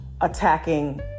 attacking